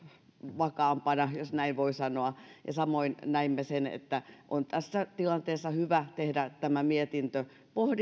vakaampana jos näin voi sanoa samoin näimme sen että on tässä tilanteessa hyvä tehdä tämä mietintö